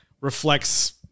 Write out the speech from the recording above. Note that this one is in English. reflects